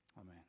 Amen